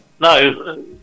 no